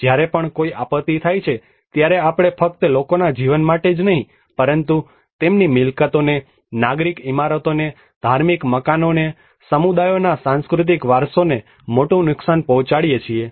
જ્યારે પણ કોઈ આપત્તિ થાય છે ત્યારે આપણે ફક્ત લોકોના જીવન માટે જ નહીં પરંતુ તેમની મિલકતોને નાગરિક ઇમારતોને ધાર્મિક મકાનોને સમુદાયોના સાંસ્કૃતિક વારસોને મોટું નુકસાન પહોંચાડીએ છીએ